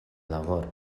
labor